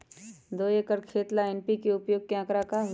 दो एकर खेत ला एन.पी.के उपयोग के का आंकड़ा होई?